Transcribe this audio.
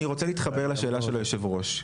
אני רוצה להתחבר לשאלה של יושב הראש.